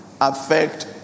affect